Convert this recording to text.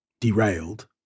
derailed